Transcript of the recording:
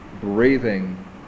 breathing